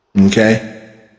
Okay